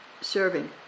serving